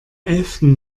elften